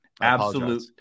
absolute